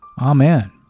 Amen